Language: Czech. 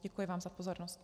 Děkuji vám za pozornost.